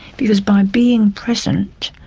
because by being present,